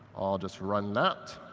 i'll just run that,